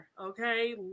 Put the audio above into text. Okay